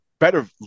better